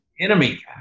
enemy